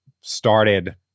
started